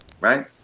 right